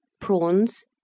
prawns